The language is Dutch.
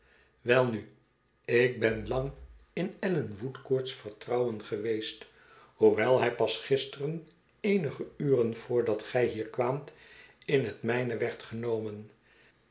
welnu ik ben lang in allan woodcourt's vertrouwen geweest hoewel hij pas gisteren eenige uren voor dat gij hier kwaamt in het mijne werd genomen